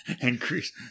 Increase